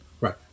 right